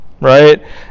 Right